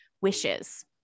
wishes